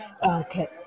Okay